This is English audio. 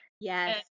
Yes